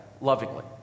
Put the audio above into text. lovingly